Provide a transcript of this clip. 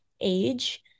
age